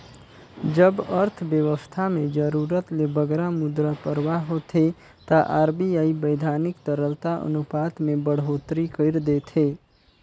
जब अर्थबेवस्था में जरूरत ले बगरा मुद्रा परवाह होथे ता आर.बी.आई बैधानिक तरलता अनुपात में बड़होत्तरी कइर देथे